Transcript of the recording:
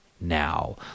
now